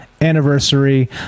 anniversary